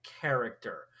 character